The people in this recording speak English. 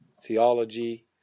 theology